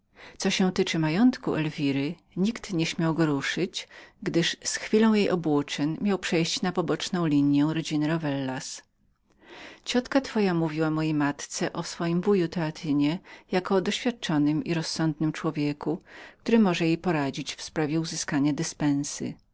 co się tyczy majątku elwiry nikt nie śmiał go ruszyć gdyż od chwili jej obłóczyn miał przejść na poboczną linię rodziny rovellas ciotka twoja mówiła mojej matce o swoim wuju teatynie jako o biegłym i rozsądnym człowieku który mógł jej poradzić względem pozyskania dyspensy